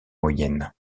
moyenne